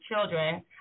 children